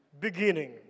beginning